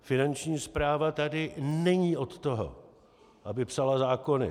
Finanční správa tady není od toho, aby psala zákony.